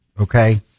Okay